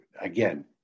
again